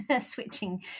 switching